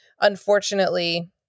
unfortunately